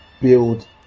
build